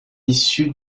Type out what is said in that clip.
issue